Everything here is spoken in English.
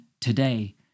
today